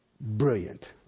Brilliant